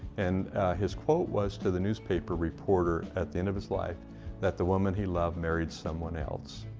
and his quote was to the newspaper reporter at the end of his life that the woman he loved married someone else.